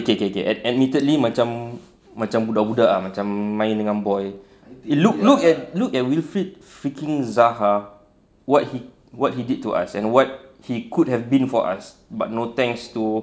K K K admittedly macam macam budak-budak ah macam main dengan boy look look at look at wilfried freaking zaha what he what he did to us and what he could have been for us but no thanks to